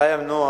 1. קיים נוהל